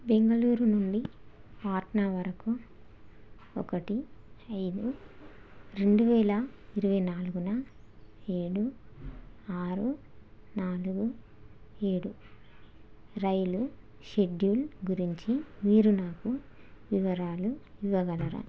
బెంగళూరు నుండి పాట్నా వరకు ఒకటి ఐదు రెండు వేల ఇరవై నాలుగున ఏడు ఆరు నాలుగు ఏడు రైలు షెడ్యూల్ గురించి వీరు నాకు వివరాలు ఇవ్వగలరా